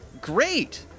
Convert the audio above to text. Great